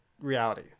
reality